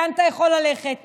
לאן אתה יכול ללכת?